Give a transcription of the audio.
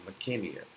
McKinney